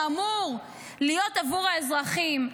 שאמור להיות עבור האזרחים.